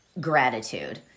gratitude